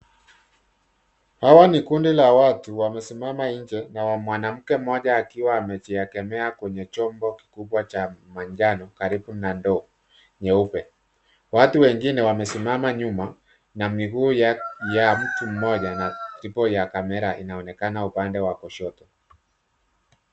Hawa ni kundi la watu wamesimama nje na mwanamke mmoja akiwa amejiegemea kwenye chombo kikibwa cha manjano karibu na ndoo nyeupe. Watu wengine wamesimama nyuma na miguu ya mtu mmoja na tripo ya kamera inaonekana upande wa kushoto.